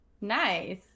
Nice